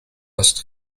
ost